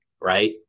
right